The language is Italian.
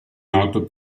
noto